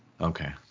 Okay